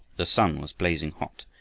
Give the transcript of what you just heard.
the sun was blazing hot,